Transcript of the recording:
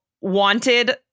wanted